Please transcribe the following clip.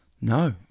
no